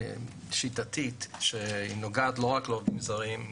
הצעה שיטתית שהיא נוגעת לא רק לעובדים הזרים,